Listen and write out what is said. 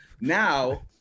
now